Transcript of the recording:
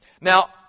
Now